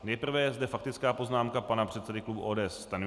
Nejprve je zde faktická poznámka pana předsedy klubu ODS Stanjury.